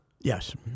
Yes